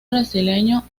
brasileño